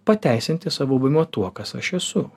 pateisinti savo buvimu tuo kas aš esu